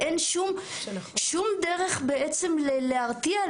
אין שום דרך בעצם להרתיע,